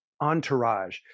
entourage